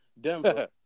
Denver